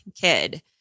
kid